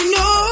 no